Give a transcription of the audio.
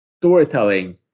storytelling